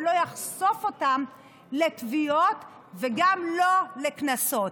ולא יחשוף אותן לתביעות וגם לא לקנסות.